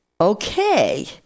okay